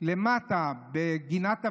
למטה בגינת הוורדים,